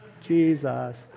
Jesus